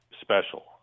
special